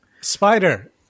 Spider